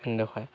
নেদেখুৱায়